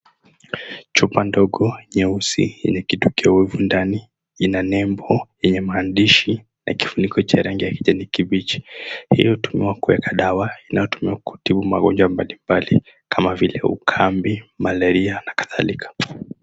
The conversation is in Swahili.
Chupa ndogo nyeusi yenye kioevu ndani ina nembo yenye maandishi na kifuniko cha rangi ya kijani kibichi. Hiyo tumeweka dawa inayotumiwa kutibu magonjwa mbalimbali kama vile ukambi, malaria na kadhalika.